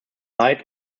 light